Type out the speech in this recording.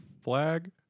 flag